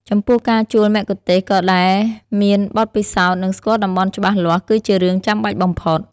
ចំពោះការជួលមគ្គុទ្ទេសក៍ដែលមានបទពិសោធន៍ និងស្គាល់តំបន់ច្បាស់លាស់គឺជារឿងចាំបាច់បំផុត។